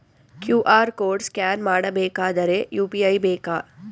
QR code scan ಮಾಡಬೇಕಾದರೆ UPI ಬೇಕಾ?